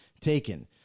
taken